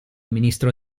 ministro